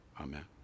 Amen